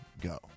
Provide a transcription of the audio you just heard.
go